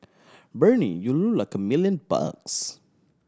Bernie you look like a million bucks